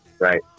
Right